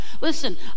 Listen